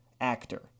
actor